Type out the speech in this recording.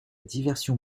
diversion